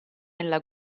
nella